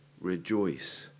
rejoice